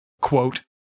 quote